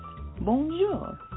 Bonjour